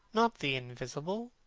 not the invisible.